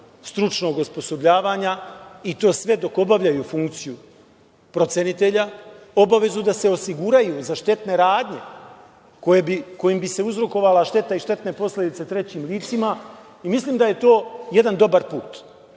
stručnog osposobljavanja i to sve dok obavljaju funkciju procenitelja, obavezu da se osiguraju za štetne radnje kojim bi se uzrokovala šteta i štetne posledice trećim licima. Mislim da je to jedan dobar